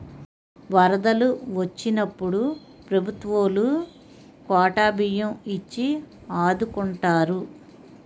వరదలు వొచ్చినప్పుడు ప్రభుత్వవోలు కోటా బియ్యం ఇచ్చి ఆదుకుంటారు